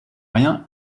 rien